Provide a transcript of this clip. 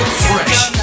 fresh